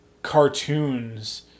cartoons